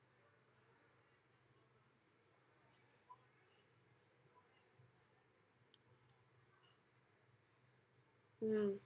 mm